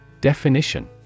definition